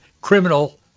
criminal